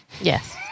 Yes